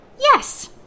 Yes